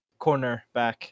cornerback